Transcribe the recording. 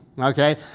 Okay